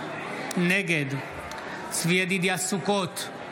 נגד צבי ידידיה סוכות,